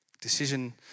decision